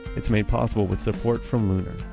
it's made possible with support from lunar,